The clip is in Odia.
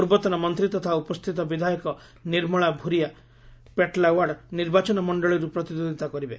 ପୂର୍ବତନ ମନ୍ତ୍ରୀ ତଥା ଉପସ୍ଥିତ ବିଧାୟକ ନିର୍ମଳା ଭୂରିଆ ପେଟ୍ଲାୱାଡ଼୍ ନିର୍ବାଚନ ମଣ୍ଡଳିରୁ ପ୍ରତିଦ୍ୱନ୍ଦ୍ୱିତା କରିବେ